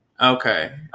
Okay